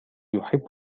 يحب